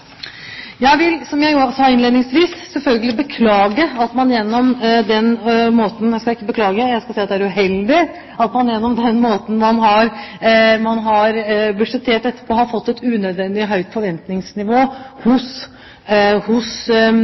jeg sa innledningsvis, selvfølgelig uheldig at man gjennom den måten man har budsjettert dette på, har fått et unødvendig høyt forventningsnivå både hos